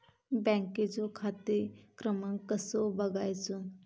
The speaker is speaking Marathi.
बँकेचो खाते क्रमांक कसो बगायचो?